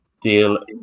deal